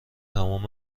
تمام